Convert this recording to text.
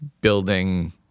building